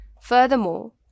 Furthermore